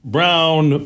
Brown